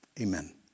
Amen